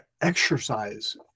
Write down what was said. exercise